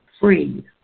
free